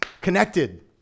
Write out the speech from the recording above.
connected